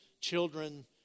children